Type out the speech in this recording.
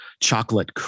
chocolate